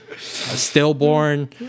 Stillborn